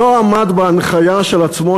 לא עמד בהנחיה של עצמו,